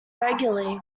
regularly